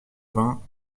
vingts